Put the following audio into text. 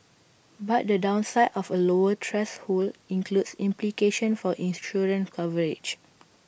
but the downside of A lower threshold includes implications for insurance coverage